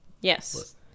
yes